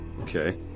Okay